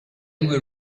were